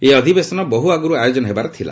ଏହି ଅଧିବେଶନ ବହୁ ଆଗରୁ ଆୟୋଜନ ହେବାର ଥିଲା